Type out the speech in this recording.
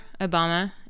Obama